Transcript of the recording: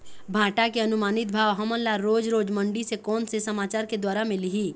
भांटा के अनुमानित भाव हमन ला रोज रोज मंडी से कोन से समाचार के द्वारा मिलही?